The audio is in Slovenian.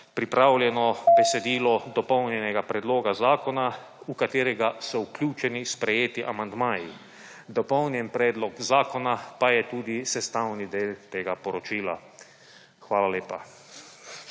pripravljeno besedilo dopolnjenega predloga zakona v katerega so vključeni sprejeti amandmaji. Dopolnjen predlog zakona pa je tudi sestavni del tega poročila. Hvala lepa.